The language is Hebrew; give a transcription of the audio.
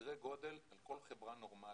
בסדרי גודל על כל חברה נורמלית,